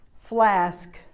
flask